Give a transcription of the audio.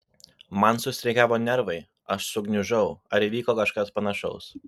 man sustreikavo nervai aš sugniužau ar įvyko kažkas panašaus